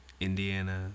Indiana